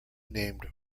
named